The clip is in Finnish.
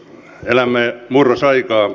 elämme murrosaikaa